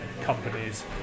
companies